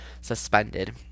suspended